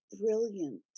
brilliant